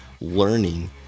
learning